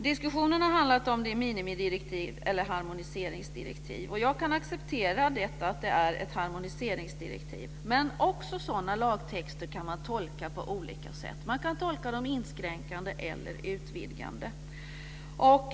Diskussionen har handlat om ifall det är fråga om minimidirektiv eller harmoniseringsdirektiv. Jag kan acceptera att det är ett harmoniseringsdirektiv, men också sådan lagtext kan tolkas på olika sätt. Man kan tolka den inskränkande eller utvidgande.